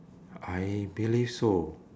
I believe so